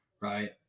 Right